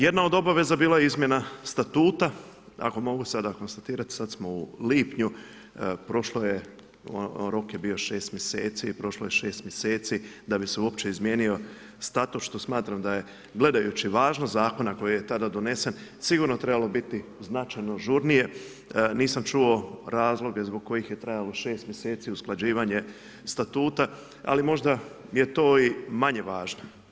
Jedna od obaveza bila je izmjena statuta, ako mogu sada konstatirati, sad smo u lipnju, prošlo je, rok je bio 6 mjeseci da bi se uopće izmijenio statut što smatram da je gledajući važnost zakona koji je tada donesen, sigurno trebalo biti značajno žurnije, nisam čuo razloge zbog kojih je trajalo 6 mjeseci usklađivanje statuta ali možda je to i manje važno.